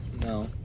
No